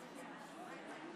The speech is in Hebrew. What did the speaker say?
44, נגד, 56, אין נמנעים.